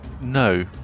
no